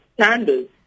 standards